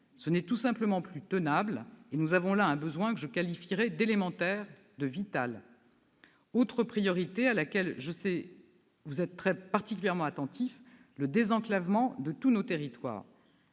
Ce n'est tout simplement plus tenable. Il s'agit là d'un besoin que je qualifierai d'élémentaire, de vital ! L'autre priorité mise en avant, à laquelle je sais que vous êtes particulièrement attentifs, est le désenclavement de tous nos territoires.